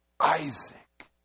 Isaac